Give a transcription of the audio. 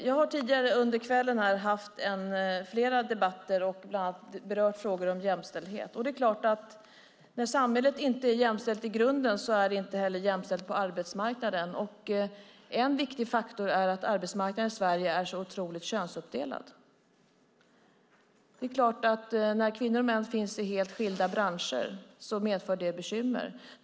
Jag har tidigare under kvällen haft flera debatter och bland annat berört frågor om jämställdhet. Det är klart att när samhället inte är jämställt i grunden är det inte heller jämställt på arbetsmarknaden. En viktig faktor är att arbetsmarknaden i Sverige är otroligt könsuppdelad. När kvinnor och män finns i helt skilda branscher medför det bekymmer.